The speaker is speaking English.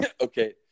okay